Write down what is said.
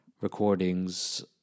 recordings